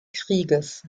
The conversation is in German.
krieges